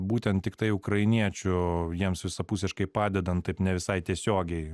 būtent tiktai ukrainiečių jiems visapusiškai padedant taip ne visai tiesiogiai